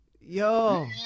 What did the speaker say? Yo